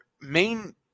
main